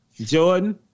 Jordan